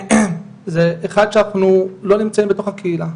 זה אחד שאנחנו לא נמצאים בתוך הקהילה,